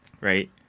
right